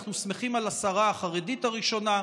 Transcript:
אנחנו שמחים על השרה החרדית הראשונה,